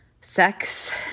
sex